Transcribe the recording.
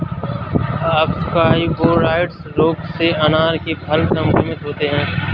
अप्सकवाइरोइड्स रोग से अनार के फल संक्रमित होते हैं